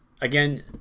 Again